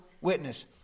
witness